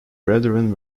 brethren